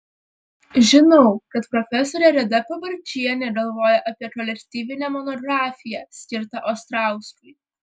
žinau kad profesorė reda pabarčienė galvoja apie kolektyvinę monografiją skirtą ostrauskui